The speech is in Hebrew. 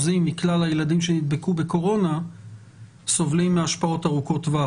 מכלל הילדים שנדבקו בקורונה סובלים מהשפעות ארוכות טווח,